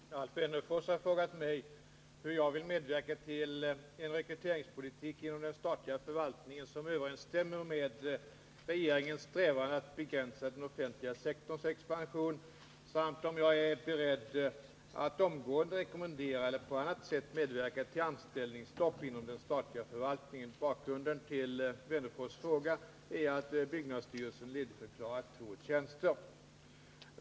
Herr talman! Alf Wennerfors har frågat mig hur jag vill medverka till en rekryteringspolitik inom den statliga förvaltningen som överensstämmer med regeringens strävan att begränsa den offentliga sektorns expansion, samt om jag är beredd att omgående rekommendera eller på annat sätt medverka till anställningsstopp inom den statliga förvaltningen. Bakgrunden till Alf Wennerfors fråga är att byggnadsstyrelsen ledigförklarat två tjänster.